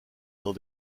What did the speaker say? dans